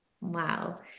wow